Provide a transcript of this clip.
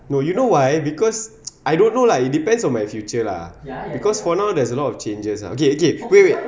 no you know why because I don't know lah it depends on my future lah because for now there's a lot of changes ah okay okay wait wait